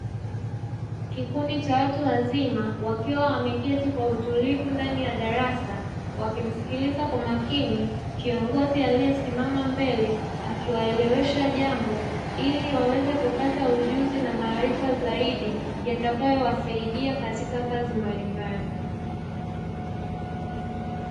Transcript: Kikundi cha watu wazima wakiwa wameketi kwa utulivu ndani ya darasa wakimsikiliza kwa makini kiongozi aliyesimama mbele akiwaelewesha jambo ili waweze kupata ujuzi na maarifa zaidi yatakayowasaidia katika kazi mbalimbali.